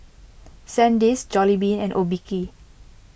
Sandisk Jollibean and Obike